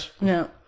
No